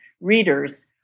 readers